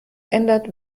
ändert